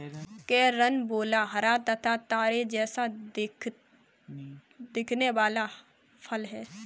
carambola हरा तथा तारे जैसा दिखने वाला फल है